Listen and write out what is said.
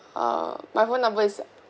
uh my phone number is